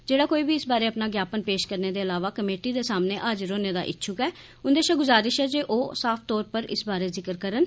जेहड़ा कोई बी इस बारै अपना ज्ञापन पेश करने दे अलावा कमेटी दे सामने हाजिर होने दा इच्छुक ऐ उंदे शा गुजारिश ऐ जे ओह् साफ तौर पर इस बारै जिक्र करन